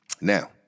Now